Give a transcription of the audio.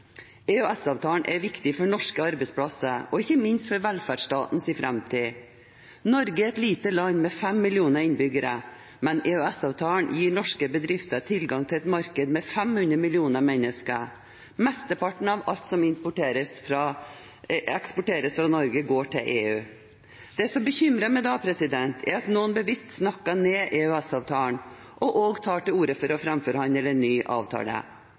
EØS-avtalen er viktig for norske arbeidsplasser og ikke minst for velferdsstatens framtid. Norge er et lite land med 5 millioner innbyggere, men EØS-avtalen gir norske bedrifter tilgang til et marked med 500 millioner mennesker. Mesteparten av alt som eksporteres fra Norge, går til EU. Det som bekymrer meg da, er at noen bevisst snakker ned EØS-avtalen og også tar til orde for å framforhandle en ny avtale.